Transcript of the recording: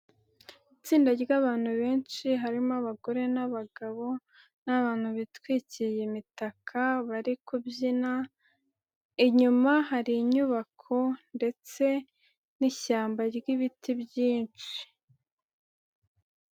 Itsinda ry'abantu benshi harimo abagore n'abagabo n'abantu bitwikiriye imitaka bari kubyina, inyuma hari inyubako ndetse n'ishyamba ry'ibiti byinshi.